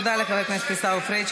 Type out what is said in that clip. תודה לחבר הכנסת עיסאווי פריג'.